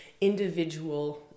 individual